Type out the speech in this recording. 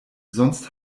sonst